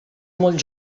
molt